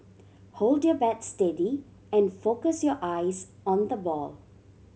hold your bat steady and focus your eyes on the ball